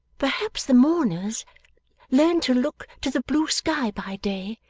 perhaps the mourners learn to look to the blue sky by day,